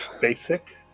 Basic